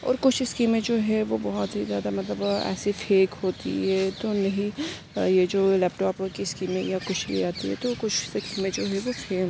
اور کچھ اسکیمیں جو ہے وہ بہت ہی زیادہ مطلب وہ ایسی فیک ہوتی ہے تو نہیں یہ جو لیپ ٹاپ کی اسکیمیں یا کچھ بھی آتی ہے تو کچھ اسکیمیں جو ہیں وہ فیک